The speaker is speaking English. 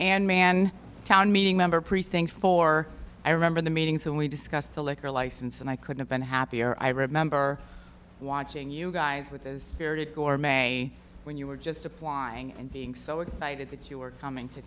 and man town meeting member precinct four i remember the meetings and we discussed the liquor license and i could've been happier i remember watching you guys with a spirited gore may when you were just applying and so excited that you were coming to